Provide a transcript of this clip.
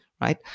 right